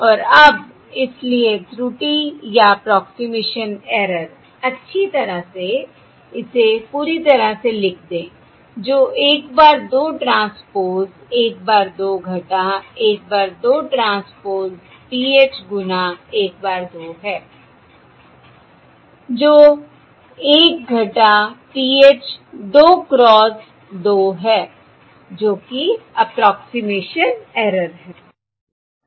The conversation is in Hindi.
और अब इसलिए त्रुटि या अप्रोक्सिमेशन ऐरर अच्छी तरह से इसे पूरी तरह से लिख दें जो 1 bar 2 transpose 1 bar 2 1 bar 2 transpose PH गुणा 1 bar 2 है जो 1 PH 2 क्रोस 2 है जो कि अप्रोक्सिमेशन ऐरर है